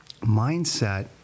mindset